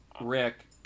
Rick